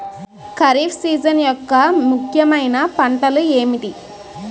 Kharif season యెక్క ముఖ్యమైన పంటలు ఏమిటీ?